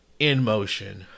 Inmotion